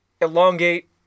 elongate